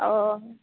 ᱚᱸᱻ